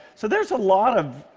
so there's a lot of